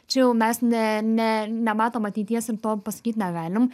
čia jau mes ne ne nematom ateities ir to pasakyt negalim